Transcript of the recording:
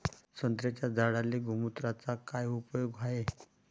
संत्र्याच्या झाडांले गोमूत्राचा काय उपयोग हाये?